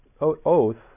oath